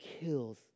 kills